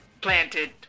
Planted